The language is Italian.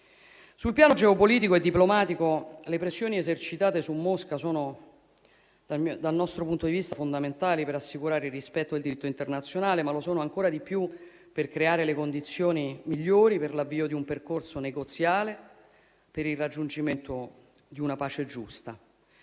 Sul piano geopolitico e diplomatico, le pressioni esercitate su Mosca dal nostro punto di vista sono fondamentali per assicurare il rispetto del diritto internazionale, ma lo sono ancora di più per creare le condizioni migliori per l'avvio di un percorso negoziale per il raggiungimento di una pace giusta;